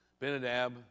Benadab